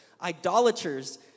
idolaters